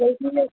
যেগুলো